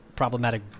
Problematic